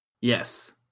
Yes